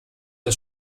das